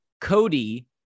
Cody